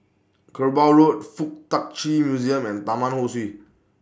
Kerbau Road Fuk Tak Chi Museum and Taman Ho Swee